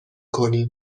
کنیم